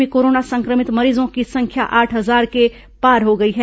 प्रदेश में कोरोना संक्रमित मरीजों की संख्या आठ हजार के पार हो गयी है